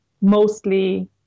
mostly